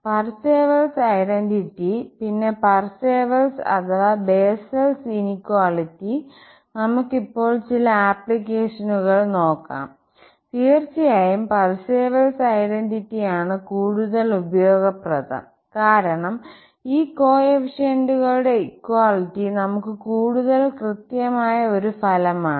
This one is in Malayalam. പർസേവൽസ് ഐഡന്റിറ്റി പിന്നെ പർസേവൽസ് അഥവാ ബെസ്സൽസ് ഇനിക്വാലിറ്റി നമുക്ക് ഇപ്പോൾ ചില ആപ്ലിക്കേഷനുകൾ നോക്കാം തീർച്ചയായും പർസേവൽസ് ഐഡന്റിറ്റി ആണ് കൂടുതൽ ഉപയോഗപ്രദം കാരണം ഈ കോഎഫിഷ്യന്റുകളുടെ ഇക്വാളിറ്റി നമുക്ക് കൂടുതൽ കൃത്യമായ ഒരു ഫലമാണ്